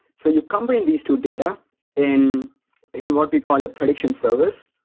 so you combine these two data in in what we call a prediction service,